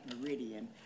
Meridian